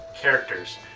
characters